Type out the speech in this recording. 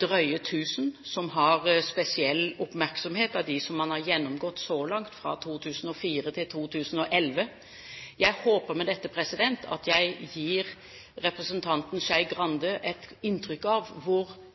drøye 1 000 som har spesiell oppmerksomhet av dem man har gjennomgått så langt, fra 2004 til 2011. Jeg håper med dette at jeg gir representanten Skei Grande et inntrykk av hvor